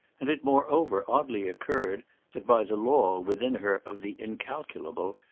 and it moreover oddly occurred that by the law, within her, of the incalculable,